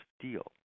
steel